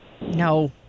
No